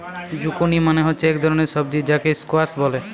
zucchini মানে হচ্ছে এক ধরণের সবজি যাকে স্কোয়াস বলে